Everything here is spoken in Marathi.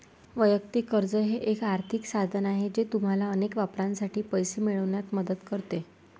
वैयक्तिक कर्ज हे एक आर्थिक साधन आहे जे तुम्हाला अनेक वापरांसाठी पैसे मिळवण्यात मदत करते